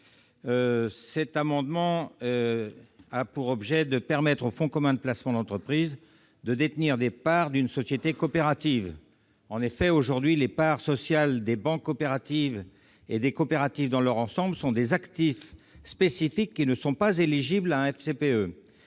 Cet amendement a pour objet de permettre aux fonds communs de placement d'entreprise de détenir des parts d'une société coopérative. Aujourd'hui, les parts sociales des banques coopératives et des coopératives dans leur ensemble sont des actifs spécifiques qui ne sont pas éligibles à un FCPE.